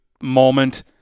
moment